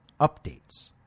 updates